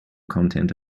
content